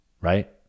right